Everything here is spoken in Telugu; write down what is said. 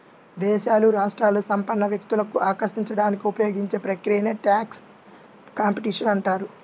దేశాలు, రాష్ట్రాలు సంపన్న వ్యక్తులను ఆకర్షించడానికి ఉపయోగించే ప్రక్రియనే ట్యాక్స్ కాంపిటీషన్ అంటారు